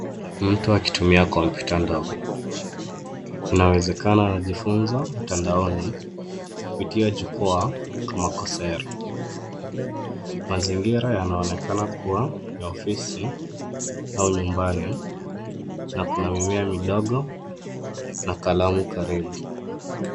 Mtu akitumia kompyuta ndogo, inawezekana anajifunza mtandaoni kupitia jukwaa kwa makosa yake. Mazingira yanaonekana kuwa ya ofisi au nyumbani na kuna mimea midogo na kalamu karibu.